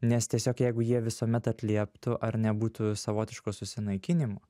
nes tiesiog jeigu jie visuomet atlieptų ar nebūtų savotiško susinaikinimo